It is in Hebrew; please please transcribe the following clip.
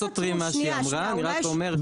שהיא אמרה.